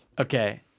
Okay